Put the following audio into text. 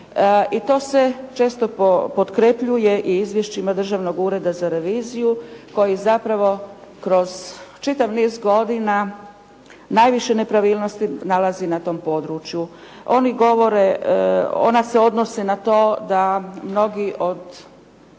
I to se često potkrepljuje i izvješćima Državnog ureda za reviziju koji zapravo kroz čitav niz godina najviše nepravilnosti nalazi na tom području. Oni govore, ona se odnose na to da mnogi od